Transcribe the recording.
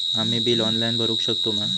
आम्ही bill online भरुक शकतू मा?